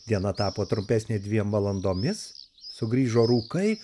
diena tapo trumpesnė dviem valandomis sugrįžo rūkai